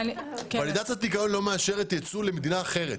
ולידציית ניקיון לא מאשרת יצוא למדינה אחרת.